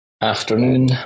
Afternoon